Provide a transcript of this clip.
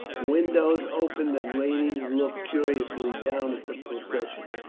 windows opened and ladies looked curiously down at the procession.